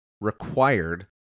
required